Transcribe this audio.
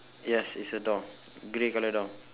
yes it's a door grey colour door